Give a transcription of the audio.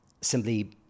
simply